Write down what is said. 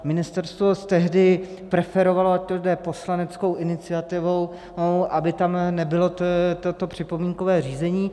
Ministerstvo tehdy preferovalo, ať to jde poslaneckou iniciativou, aby tam nebylo to připomínkové řízení.